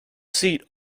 seat